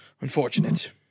unfortunate